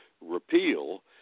repeal